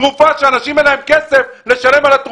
תרופות שאנשים אין להם כסף לשלם עליהן,